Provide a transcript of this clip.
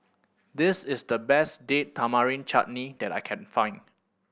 this is the best Date Tamarind Chutney that I can find